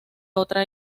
otra